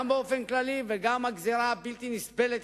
גם באופן כללי וגם הגזירה הבלתי-נסבלת